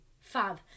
Fab